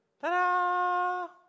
ta-da